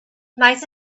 nice